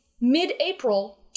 mid-April